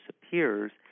disappears